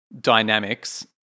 dynamics